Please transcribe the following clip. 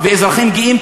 כאזרחים גאים,